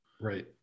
Right